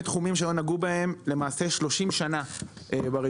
תחומים שלא נגעו בהם 30 שנה ברגולציה.